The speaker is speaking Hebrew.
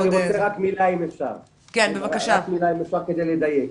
אני רוצה רק עוד מילה אם אפשר כדי לדייק.